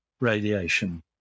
radiation